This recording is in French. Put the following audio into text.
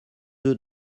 deux